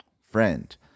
friend